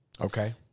Okay